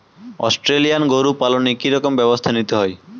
Australian গরু পালনে কি রকম ব্যবস্থা নিতে হয়?